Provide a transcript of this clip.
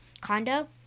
condo